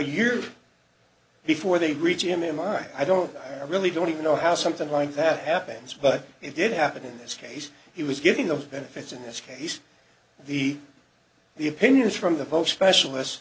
year before they reach him in mine i don't i really don't know how something like that happens but it did happen in this case he was giving the benefits in this case the the opinions from the post specialist